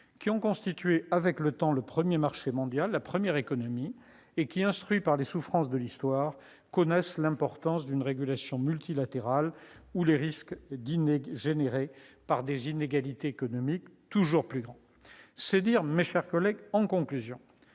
qui ont constitué au fil du temps la première économie et le premier marché mondial et qui, instruits par les souffrances de l'histoire, connaissent l'importance d'une régulation multilatérale ou les risques engendrés par des inégalités économiques toujours plus grandes. C'est dire, mes chers collègues, que le bon